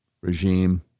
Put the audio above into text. regime